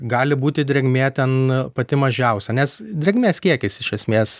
gali būti drėgmė ten pati mažiausia nes drėgmės kiekis iš esmės